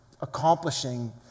accomplishing